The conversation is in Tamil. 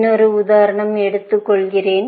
இன்னொரு உதாரணம் எடுத்துக்கொள்கிறேன்